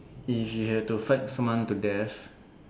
if you have to fight someone to death